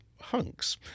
hunks